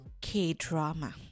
K-Drama